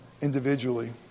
individually